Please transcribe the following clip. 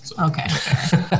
Okay